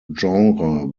genre